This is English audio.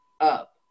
up